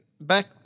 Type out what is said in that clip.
back